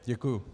Děkuju.